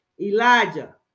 elijah